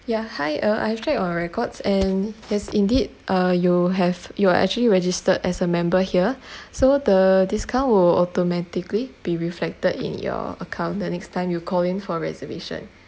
yeah hi uh I've checked your records and yes indeed uh you have you are actually registered as a member here so the discount will automatically be reflected in your account the next time you call in for reservation